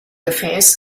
gefäß